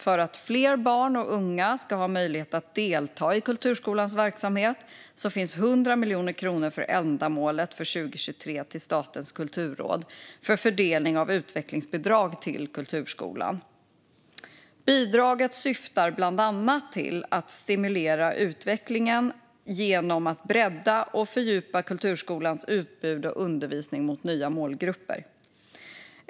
För att fler barn och unga ska ha möjlighet att delta i kulturskolans verksamhet finns 100 miljoner kronor för ändamålet för 2023 till Statens kulturråd för fördelning av utvecklingsbidrag till kulturskolan. Bidraget syftar bland annat till att stimulera utvecklingen av kulturskolan genom att bredda och fördjupa dess utbud och undervisning för nya målgrupper.